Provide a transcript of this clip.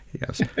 Yes